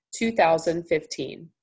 2015